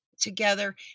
together